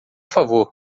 favor